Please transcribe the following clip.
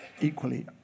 equally